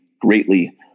greatly